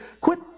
Quit